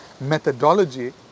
methodology